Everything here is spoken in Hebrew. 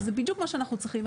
וזה בדיוק מה שאנחנו צריכים,